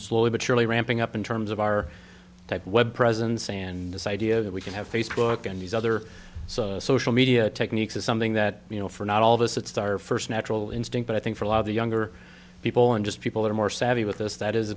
slowly but surely ramping up in terms of our type web presence and this idea that we can have facebook and these other so social media techniques is something that you know for not all of us it's star first natural instinct but i think for a lot of the younger people and just people that are more savvy with this that is